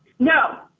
no!